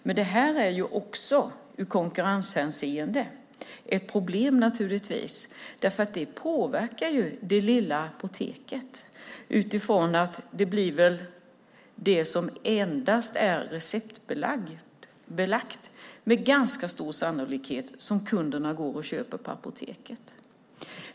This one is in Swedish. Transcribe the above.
Men det är i konkurrenshänseende ett problem, för det påverkar det lilla apoteket. Det blir väl med ganska stor sannolikhet endast sådant som är receptbelagt som kunderna går och köper på apoteket.